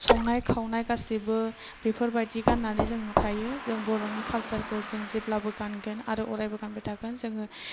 संनाय खावनाय गासिबो बेफोरबायदि गाननानै जों थायो जों बर'नि कालसारखौ जों जेब्लाबो गानगोन आरो अरायबो गानबाय थागोन जोङो